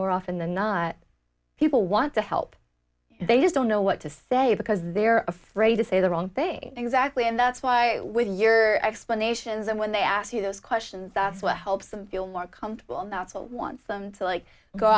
more often than not people want to help they just don't know what to say because they're afraid to say the wrong thing exactly and that's why with your explanations and when they ask you those questions that's what helps them feel more comfortable and that's what wants them to like go